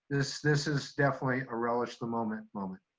this this is definitely a relish the moment moment.